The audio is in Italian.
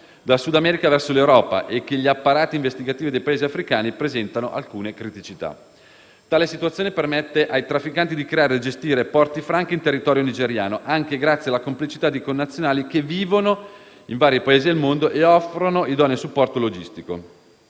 dal Sud America verso l'Europa, e che gli apparati investigativi dei Paesi africani presentano alcune criticità. Tale situazione permette ai trafficanti di creare e gestire porti franchi in territorio nigeriano, anche grazie alla complicità di connazionali che vivono in vari Paesi del mondo e offrono idoneo supporto logistico.